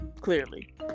Clearly